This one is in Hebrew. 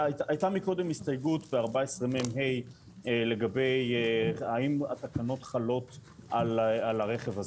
קודם הסתייגות לסעיף 14מה האם הסכנות חלות על הרכב הזה.